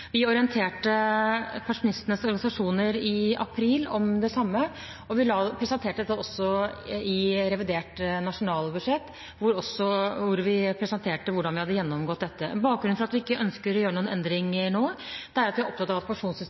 Vi orienterte pensjonistenes organisasjoner i april om det samme. Vi presenterte dette – hvordan vi hadde gjennomgått det – også i revidert nasjonalbudsjett. Bakgrunnen for at vi ikke ønsker å gjøre noen endringer nå, er at vi er opptatt av at